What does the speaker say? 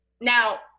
now